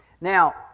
Now